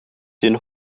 den